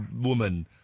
...woman